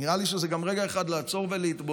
נראית לי שזה גם רגע אחד לעצור ולהתבונן,